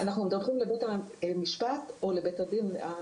אנחנו מדווחים לבית המשפט או לבית הדין.